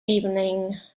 evening